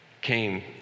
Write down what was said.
came